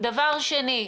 דבר שני,